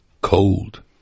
cold